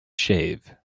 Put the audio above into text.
shave